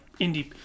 indie